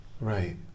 Right